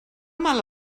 mal